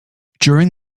during